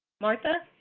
martha?